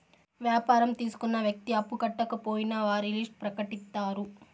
వ్యాపారం తీసుకున్న వ్యక్తి అప్పు కట్టకపోయినా వారి లిస్ట్ ప్రకటిత్తారు